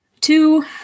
Two